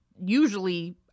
usually